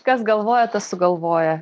kas galvoja tas sugalvoja